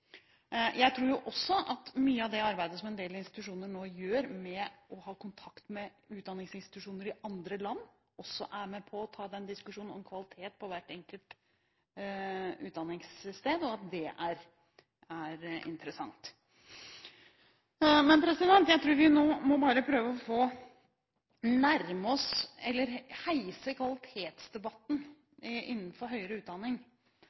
Jeg tror også at mye av det arbeidet som en del institusjoner nå gjør ved å ha kontakt med utdanningsinstitusjoner i andre land, også bidrar til diskusjonen om kvalitet ved hvert enkelt utdanningssted, og at det er interessant. Jeg tror vi nå må prøve å heise debatten om kvalitet innenfor høyere utdanning